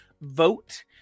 vote